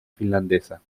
finlandesa